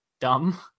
dumb